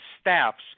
staffs